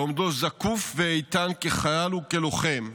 --- בעומדו זקוף ואיתן, כחייל וכלוחם,